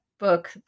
book